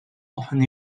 often